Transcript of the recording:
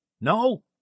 no